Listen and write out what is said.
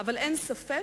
אבל אין ספק